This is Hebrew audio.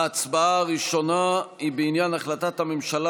ההצבעה הראשונה היא בעניין החלטת הממשלה